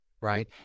right